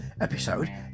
episode